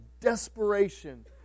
desperation